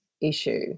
issue